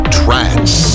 trance